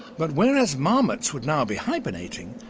but whereas marmots would now be hibernating,